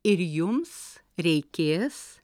ir jums reikės